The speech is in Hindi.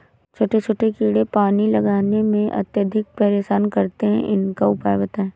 छोटे छोटे कीड़े पानी लगाने में अत्याधिक परेशान करते हैं इनका उपाय बताएं?